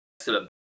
Excellent